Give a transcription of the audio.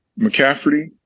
McCaffrey